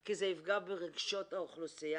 כי זה יפגע ברגשות האוכלוסייה,